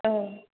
औ